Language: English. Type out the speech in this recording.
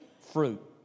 fruit